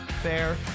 fair